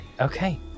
Okay